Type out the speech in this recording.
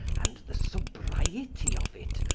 and the sobrietie of it,